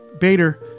Bader